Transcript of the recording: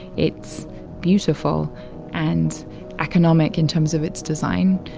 it's beautiful and economic in terms of its design.